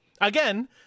Again